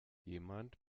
jemand